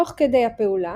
תוך כדי הפעולה,